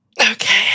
Okay